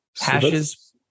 Hashes